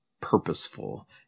purposeful